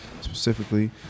specifically